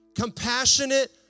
Compassionate